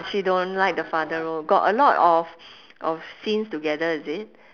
she don't like the father role got a lot of of scenes together is it